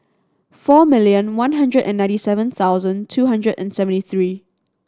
four million one hundred and ninety seven thousand two hundred and seventy three